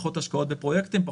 פחות השקעות בפרויקטים,